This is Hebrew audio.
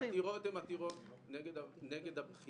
העתירות הן עתירות נגד הבחינה.